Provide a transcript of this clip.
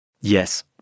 Yes